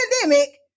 pandemic